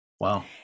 Wow